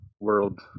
world